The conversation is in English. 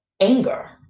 Anger